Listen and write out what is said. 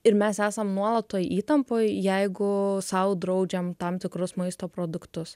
ir mes esam nuolat toj įtampoj jeigu sau draudžiam tam tikrus maisto produktus